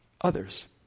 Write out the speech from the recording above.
others